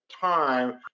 time